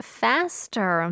faster